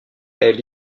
elle